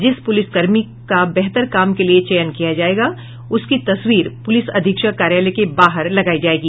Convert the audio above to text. जिस पुलिसकर्मी का बेहतर काम के लिए चयन किया जायेगा उसकी तस्वीर पुलिस अधीक्षक कार्यालय के बाहर लगायी जायेगी